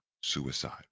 suicide